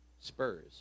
Spurs